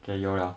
okay 有了